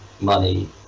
money